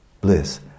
bliss